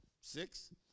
six